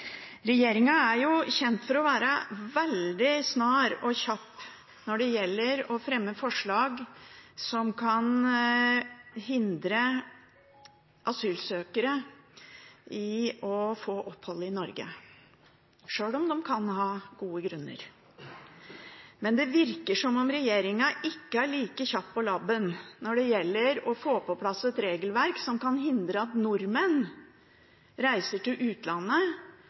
er jo kjent for å være veldig snar og kjapp når det gjelder å fremme forslag som kan hindre asylsøkere i å få opphold i Norge – selv om de kan ha gode grunner. Men det virker som om regjeringen ikke er like kjapp på labben når det gjelder å få på plass et regelverk som kan hindre at nordmenn reiser til utlandet,